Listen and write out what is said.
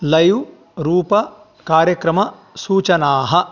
live रूपकार्यक्रमसूचनाः